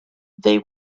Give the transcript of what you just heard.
they